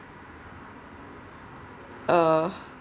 uh